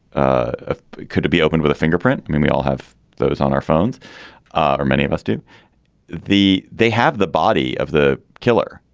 ah could it be open with a fingerprint? i mean, we all have those on our phones ah or many of us do the they have the body of the killer.